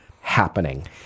happening